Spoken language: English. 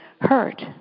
hurt